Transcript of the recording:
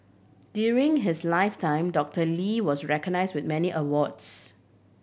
during his lifetime Doctor Lee was recognise with many awards